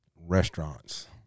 Restaurants